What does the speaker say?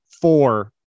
four